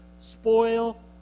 spoil